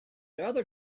other